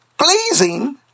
pleasing